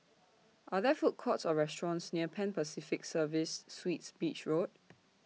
Are There Food Courts Or restaurants near Pan Pacific Serviced Suites Beach Road